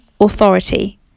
authority